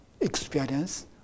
experience